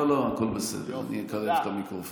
לא, לא, הכול בסדר, אני אקרב את המיקרופון.